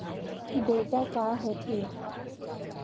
Data का होथे?